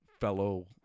fellow